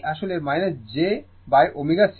এটি আসলে jω C